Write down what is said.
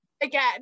Again